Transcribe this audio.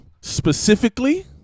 specifically